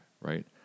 right